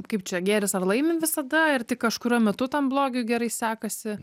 kaip čia gėris ar laimi visada ir tik kažkuriuo metu tam blogiui gerai sekasi